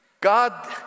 God